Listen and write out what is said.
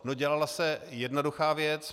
No dělala se jednoduchá věc.